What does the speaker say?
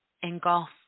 engulf